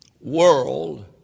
world